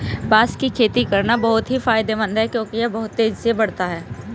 बांस की खेती करना बहुत ही फायदेमंद है क्योंकि यह बहुत तेजी से बढ़ता है